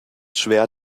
schwer